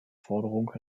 forderung